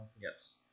Yes